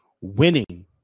winning